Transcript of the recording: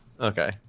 Okay